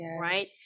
right